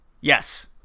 Yes